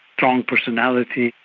strong personality,